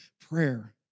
prayer